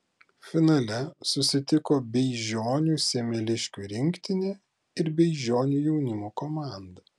finale susitiko beižionių semeliškių rinktinė ir beižionių jaunimo komanda